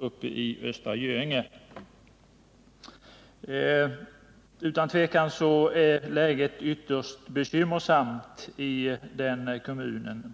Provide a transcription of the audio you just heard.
är i Östra Göinge. Utan tvivel är läget ytterst bekymmersamt i kommunen.